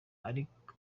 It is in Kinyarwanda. ariko